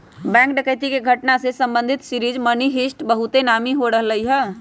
bank डकैती के घटना से संबंधित सीरीज मनी हीस्ट बहुते नामी हो रहल हइ